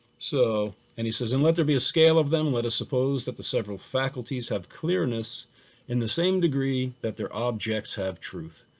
so, and he says, and let there be a scale of them. let us suppose that the several faculties have clearness in the same degree that their objects have truth.